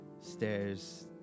stairs